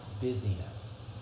busyness